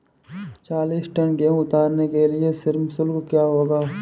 चालीस टन गेहूँ उतारने के लिए श्रम शुल्क क्या होगा?